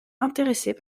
intéressés